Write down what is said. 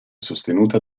sostenuta